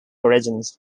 origins